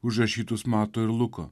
užrašytus mato ir luko